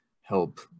help